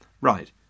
Right